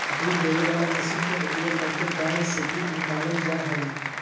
दूध देबे वला मशीन के उपयोग करके गाय से दूध निकालल जा हइ